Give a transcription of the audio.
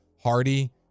Hardy